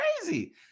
crazy